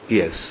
yes